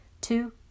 Two